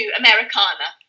americana